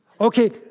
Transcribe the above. Okay